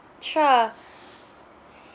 sure